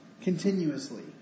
continuously